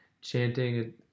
chanting